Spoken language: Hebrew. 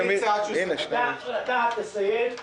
יש כאן מצב הפוך: יש כאן משבר ריאלי שעלול להשפיע על המערכת הפיננסית.